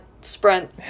sprint